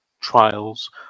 trials